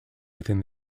within